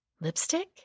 Lipstick